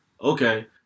okay